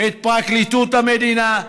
את פרקליטות המדינה,